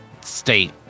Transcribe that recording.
state